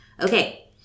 Okay